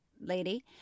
lady